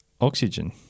Oxygen